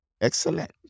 excellent